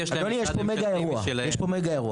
אדוני, יש פה מגה אירוע.